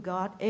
God